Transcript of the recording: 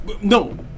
No